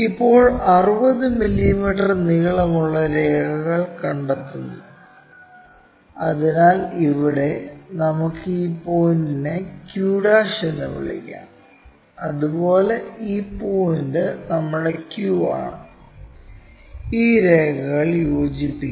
ഇപ്പോൾ 60 മില്ലീമീറ്റർ നീളമുള്ള രേഖകൾ കണ്ടെത്തുന്നു അതിനാൽ ഇവിടെ നമുക്ക് ഈ പോയിന്റിനെ q എന്ന് വിളിക്കാം അതുപോലെ ഈ പോയിന്റ് നമ്മുടെ q ആണ് ഈ രേഖകൾ യോജിപ്പിക്കുക